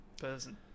person